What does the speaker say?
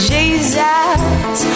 Jesus